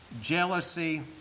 jealousy